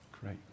Great